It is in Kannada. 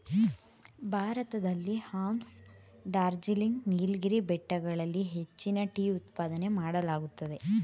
ಭಾರತದಲ್ಲಿ ಅಸ್ಸಾಂ, ಡಾರ್ಜಿಲಿಂಗ್, ನೀಲಗಿರಿ ಬೆಟ್ಟಗಳಲ್ಲಿ ಹೆಚ್ಚಿನ ಟೀ ಉತ್ಪಾದನೆ ಮಾಡಲಾಗುತ್ತದೆ